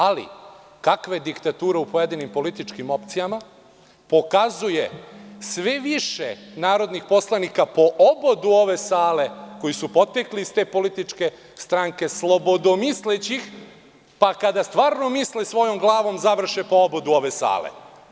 Ali, kakva je diktatura u pojedinim političkim opcijama, pokazuje sve više narodnih poslanika po obodu ove sale koji su potekli iz te političke stranke slobodomislećih, pa kada stvarno misle svojom glavom završe po obodu ove sale.